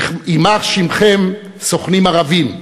יימח שמכם סוכנים ערבים,